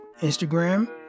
Instagram